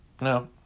No